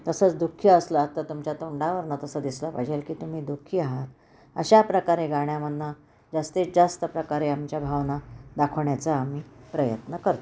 तसंच दुःखी असला तर तुमच्या तोंडावरनं तसं दिसला पाहिजेल की तुम्ही दुःखी आहात अशाप्रकारे गाण्यामधनं जास्तीत जास्त प्रकारे आमच्या भावना दाखवण्याचा आम्ही प्रयत्न करतो